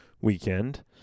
weekend